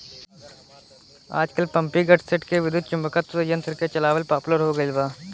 आजकल पम्पींगसेट के विद्युत्चुम्बकत्व यंत्र से चलावल पॉपुलर हो गईल बा